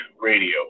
radio